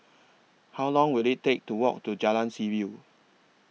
How Long Will IT Take to Walk to Jalan Seaview